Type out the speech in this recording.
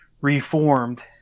reformed